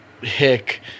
hick